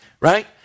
Right